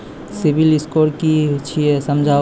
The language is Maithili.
सिविल स्कोर कि छियै समझाऊ?